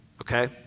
okay